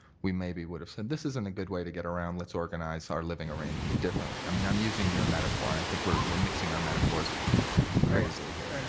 we may maybe would have said this isn't a good way to get around. let's organize our living arrangement differently. i mean i'm using your metaphor. and i think we're we're mixing our metaphors crazily here.